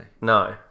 No